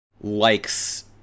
likes